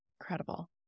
Incredible